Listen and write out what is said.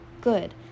good